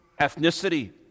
ethnicity